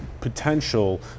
potential